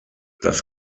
das